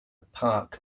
park